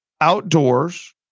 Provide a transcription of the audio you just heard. outdoors